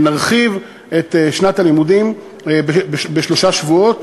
נרחיב את שנת הלימודים בשלושה שבועות,